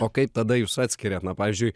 o kaip tada jus atskiria na pavyzdžiui